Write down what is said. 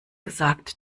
gesagt